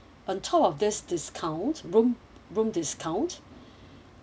on top of this discount room room discount